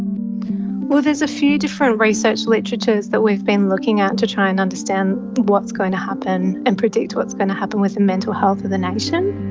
well, there's a few different research literatures that we've been looking at to try and understand what's going to happen and predict what's going to happen with the mental health of the nation.